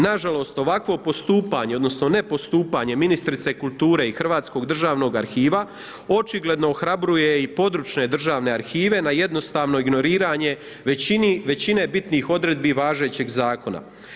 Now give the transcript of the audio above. Nažalost, ovakvo postupanje, odnosno, nepostupanje ministrice kulture i Hrvatskog državnog arhiva, očigledno ohrabruje i područne državne arhive na jednostavno ignoriranje, većine bitnih odredbi važećeg zakona.